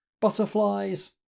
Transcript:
butterflies